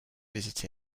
visit